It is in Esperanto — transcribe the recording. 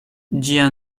ĝia